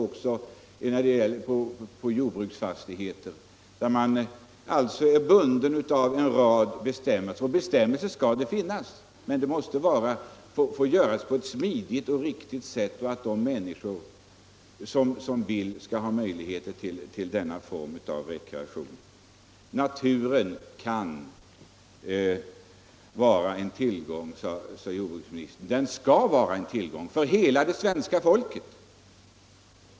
Även när det gäller jordbruksfastigheter är man bunden av en rad bestämmelser. Bestämmelser skall det finnas, men de måste tillämpas på ett smidigt och riktigt sätt, så att de människor som så vill får möjligheter till denna form av rekreation. Naturen skall vara en tillgång för hela det svenska folket, sade jordbruksministern.